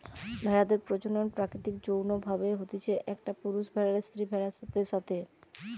ভেড়াদের প্রজনন প্রাকৃতিক যৌন্য ভাবে হতিছে, একটা পুরুষ ভেড়ার স্ত্রী ভেড়াদের সাথে